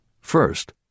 First